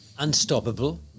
Unstoppable